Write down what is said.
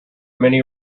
many